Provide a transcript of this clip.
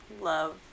love